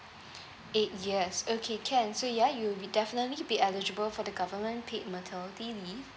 eight years okay can so ya you will be definitely be eligible for the government paid maternity leave